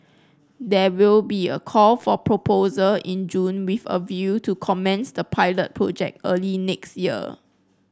there will be a call for proposal in June with a view to commence the pilot project early next year